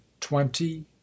twenty